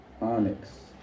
Onyx